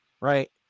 Right